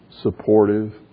supportive